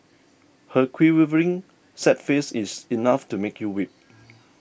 her quivering sad face is enough to make you weep